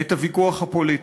את הוויכוח הפוליטי,